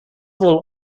will